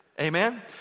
amen